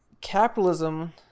capitalism